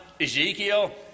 Ezekiel